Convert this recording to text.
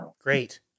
great